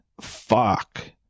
fuck